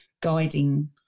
guiding